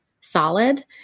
solid